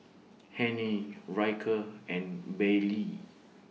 Hennie Ryker and Baylie